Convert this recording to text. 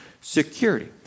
security